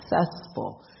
successful